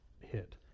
hit